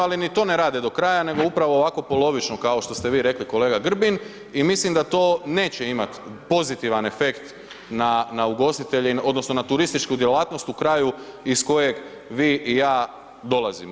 Ali ni to ne rade do kraja nego upravo ovako polovično kao što ste vi rekli kolega Grbin i mislim da to neće imati pozitivan efekt na ugostitelje odnosno na turističku djelatnost u kraju iz kojeg vi i ja dolazimo.